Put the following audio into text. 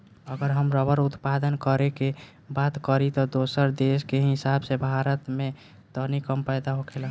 अगर हम रबड़ उत्पादन करे के बात करी त दोसरा देश के हिसाब से भारत में तनी कम पैदा होखेला